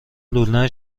لونه